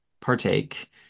partake